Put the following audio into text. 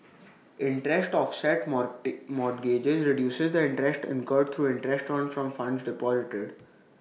interest offset mort mortgages reduces the interest incurred through interest earned from funds deposited